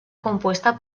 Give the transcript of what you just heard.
compuesta